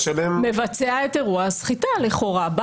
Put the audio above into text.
מבצע את אירוע הסחיטה לכאורה.